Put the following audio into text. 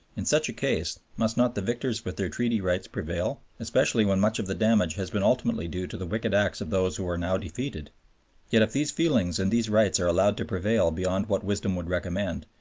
in such a case must not the victors with their treaty rights prevail, especially when much of the damage has been ultimately due to the wicked acts of those who are now defeated? yet if these feelings and these rights are allowed to prevail beyond what wisdom would recommend,